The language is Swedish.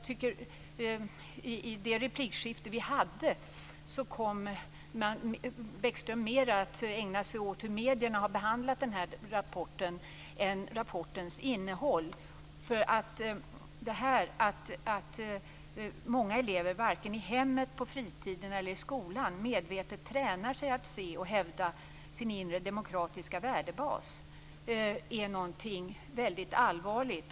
I det replikskifte som vi hade kom Lars Bäckström mer att ägna sig åt hur medierna har behandlat den här rapporten än rapportens innehåll. Att många elever varken i hemmet, på fritiden eller i skolan medvetet tränar sig att se och hävda sin inre demokratiska värdebas är något mycket allvarligt.